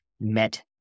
met